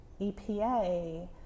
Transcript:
EPA